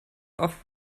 off